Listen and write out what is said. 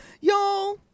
y'all